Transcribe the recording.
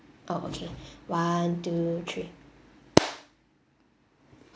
oh okay one two three